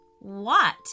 What